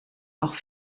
auch